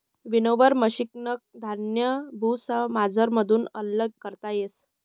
winnower मशिनकन धान्य भुसामझारथून आल्लग करता येस